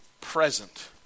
present